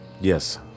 Yes